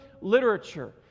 literature